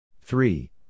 three